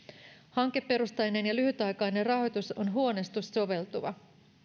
hankeperusteinen ja lyhytaikainen rahoitus on huonosti soveltuva